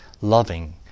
loving